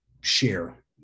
share